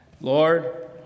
Lord